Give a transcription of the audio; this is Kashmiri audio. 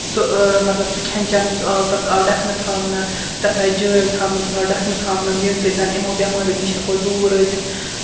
سُہ ٲں مطلب سُہ کھیٚن چیٚن یُس آو تَتھ آو ڈھکنہٕ تھاونہٕ تَتھ آیہِ جٲلۍ تھاونہٕ تَتھ آو ڈھکنہٕ تھاونہٕ ییٚمہِ سۭتۍ زَنہٕ یِمَو بیٚماریٚو نِش ہیٚکو دوٗر روزِتھ